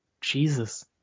Jesus